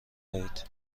دهید